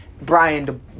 Brian